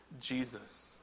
Jesus